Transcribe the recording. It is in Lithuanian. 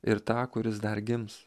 ir tą kuris dar gims